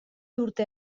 urte